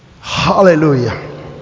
Hallelujah